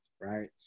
right